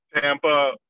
Tampa